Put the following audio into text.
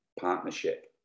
partnership